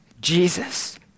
Jesus